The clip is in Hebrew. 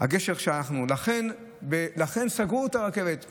ולכן סגרו, הרכבת.